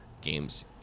games